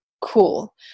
cool